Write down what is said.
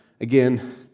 again